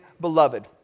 beloved